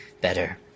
better